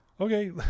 okay